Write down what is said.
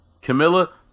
Camilla